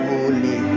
Holy